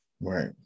Right